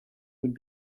would